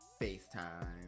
Facetime